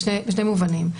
בשני מובנים.